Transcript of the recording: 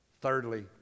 Thirdly